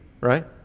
right